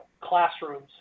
classrooms